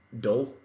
dull